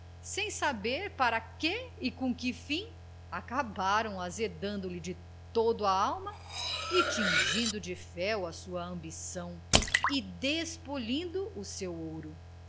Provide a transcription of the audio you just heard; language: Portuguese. sem saber para que e com que fim acabaram azedando lhe de todo a alma e tingindo de fel a sua ambição e despolindo o seu ouro